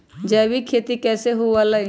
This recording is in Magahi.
जैविक खेती कैसे हुआ लाई?